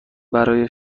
برای